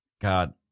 God